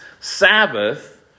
Sabbath